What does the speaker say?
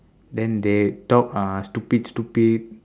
then they talk uh stupid stupid